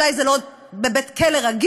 אולי זה לא בבית-כלא רגיל,